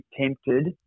tempted